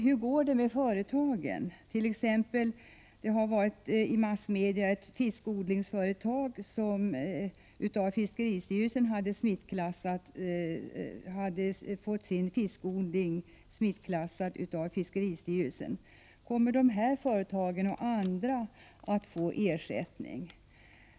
Hur går det då med företagen? I massmedia har det t.ex. berättats om ett fiskodlingsföretag som fick sin fiskodling smittklassad av fiskeristyrelsen. Kommer det här företaget och andra att få ersättning?